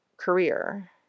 career